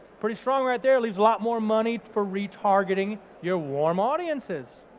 pretty strong right there. leaves a lot more money for retargeting your warm audiences.